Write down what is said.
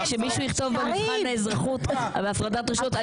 כשמישהו יכתוב במבחן באזרחות על הפרדת רשויות,